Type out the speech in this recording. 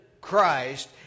Christ